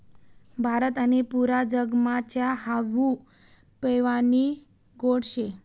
भारत आणि पुरा जगमा च्या हावू पेवानी गोट शे